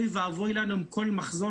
אוי ואבוי לנו אם כל מחזור,